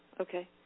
Okay